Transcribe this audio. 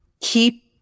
keep